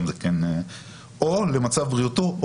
או למצב בריאותו,